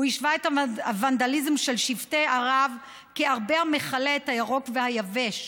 הוא השווה את הוונדליזם של שבטי ערב לארבה המכלה את הירוק והיבש.